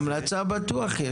המלצה יש בטוח.